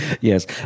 Yes